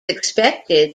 expected